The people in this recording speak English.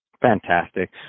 Fantastic